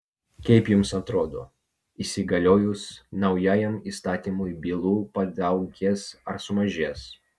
kaip jums atrodo įsigaliojus naujajam įstatymui bylų padaugės ar sumažės